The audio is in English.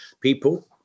people